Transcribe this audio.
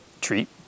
treat